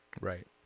right